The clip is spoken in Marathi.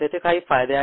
तेथे काही फायदे आहेत